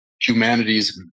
humanity's